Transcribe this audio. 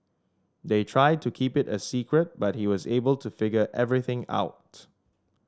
they tried to keep it a secret but he was able to figure everything out